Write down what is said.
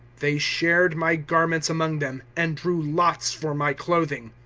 they shared my garments among them, and drew lots for my clothing.